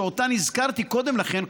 שאותן הזכרתי קודם לכן,